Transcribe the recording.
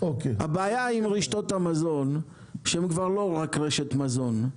הבעיה עם רשתות המזון, שהן כבר לא רק רשת מזון.